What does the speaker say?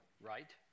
right